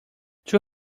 two